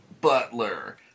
Butler